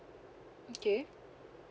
okay